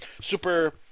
super